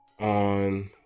on